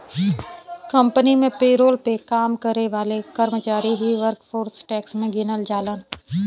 company में payroll पे काम करे वाले कर्मचारी ही वर्कफोर्स टैक्स में गिनल जालन